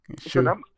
Sure